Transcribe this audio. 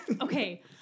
Okay